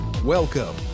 Welcome